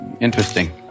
interesting